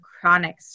chronic